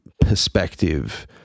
perspective